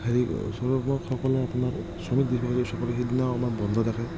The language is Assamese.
হেৰি শ্ৰমিকসকলে আপোনাৰ শ্ৰমিক দিৱস উপলক্ষে সেইদিনা আমাৰ বন্ধ থাকে